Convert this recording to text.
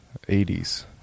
80s